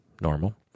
normal